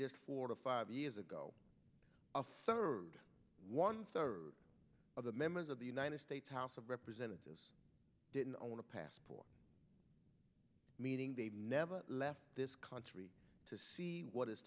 just four or five years ago of third one third of the members of the united states house of representatives didn't want to pass for a meeting they never left this country to see what is